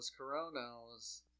coronos